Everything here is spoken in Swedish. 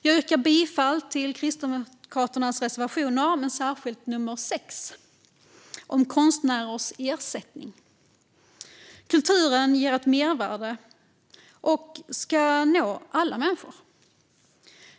Jag yrkar bifall till Kristdemokraternas reservationer, särskilt till nr 6 om konstnärers ersättning. Kulturen ger ett mervärde och ska nå alla människor.